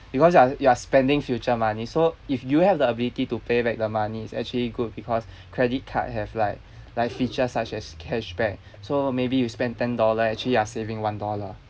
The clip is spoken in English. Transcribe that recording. because you are you are spending future money so if you have the ability to pay back the money is actually good because credit card have like like features such as cashback so maybe you spend ten dollar actually you are saving one dollar